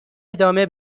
ادامه